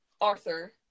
Arthur